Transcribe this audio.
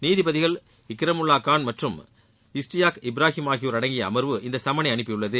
நீதிபதிகள் இக்ரமுல்லா கான் மற்றும் இஷ்டியாக் இப்ராஹிம் ஆகியோர் அடங்கிய அமர்வு இந்த சும்மனை அனுப்பியுள்ளது